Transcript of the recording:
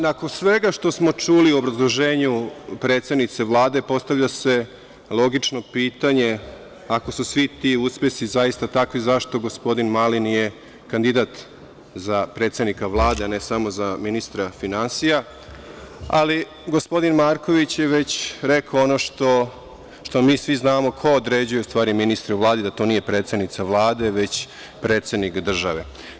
Nakon svega što smo čuli u obrazloženju predsednice Vlade postavlja se logično pitanje – ako su svi ti uspesi zaista takvi, zašto gospodin Mali nije kandidat za predsednika Vlade, a ne samo za ministra finansija, ali gospodin Marković je već rekao ono što mi svi znamo, ko određuje u stvari ministre u Vladi, da to nije predsednica Vlade, već predsednik države.